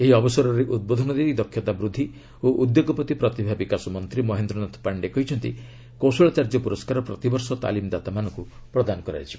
ଏହି ଅବସରରେ ଉଦ୍ବୋଧନ ଦେଇ ଦକ୍ଷତା ବୃଦ୍ଧି ଓ ଉଦ୍ୟୋଗପତି ପ୍ରତିଭା ବିକାଶ ମନ୍ତ୍ରୀ ମହେନ୍ଦ୍ରନାଥ ପାଶ୍ଚେ କହିଛନ୍ତି କୌଶଳାଚାର୍ଯ୍ୟ ପୁରସ୍କାର ପ୍ରତିବର୍ଷ ତାଲିମ୍ଦାତାମାନଙ୍କୁ ପ୍ରଦାନ କରାଯିବ